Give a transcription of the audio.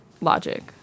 logic